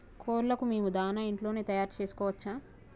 కోళ్లకు మేము దాణా ఇంట్లోనే తయారు చేసుకోవచ్చా?